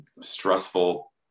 stressful